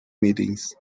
meetings